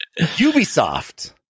Ubisoft